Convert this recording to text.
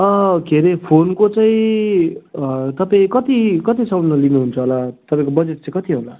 के अरे फोनको चाहिँ तपाईँ कति कतिसम्ममा लिनुहुन्छ होला तपाईँको बजेट चाहिँ कति होला